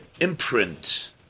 imprint